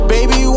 Baby